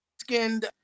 skinned